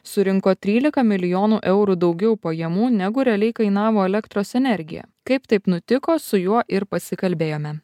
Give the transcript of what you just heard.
surinko trylika milijonų eurų daugiau pajamų negu realiai kainavo elektros energija kaip taip nutiko su juo ir pasikalbėjome